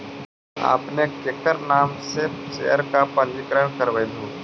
आपने केकर नाम से शेयर का पंजीकरण करवलू